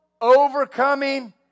overcoming